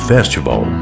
Festival